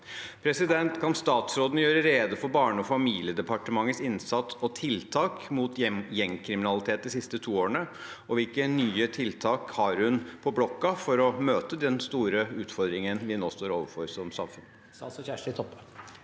handlinger. Kan statsråden gjøre rede for Barne- og familiedepartementets innsats og tiltak mot gjengkriminalitet de siste to årene, og hvilke nye tiltak har hun på blokka for å møte den store utfordringen vi nå står overfor som samfunn?